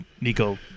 Nico